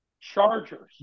Chargers